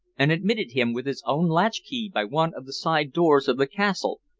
and admitted him with his own latchkey by one of the side doors of the castle,